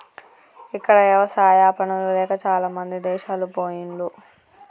ఇక్కడ ఎవసాయా పనులు లేక చాలామంది దేశాలు పొయిన్లు